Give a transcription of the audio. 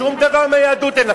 שום דבר מהיהדות אין לכם.